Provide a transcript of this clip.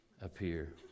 appear